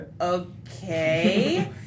Okay